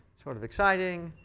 sort of exciting,